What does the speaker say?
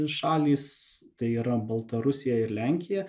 šalys tai yra baltarusija ir lenkija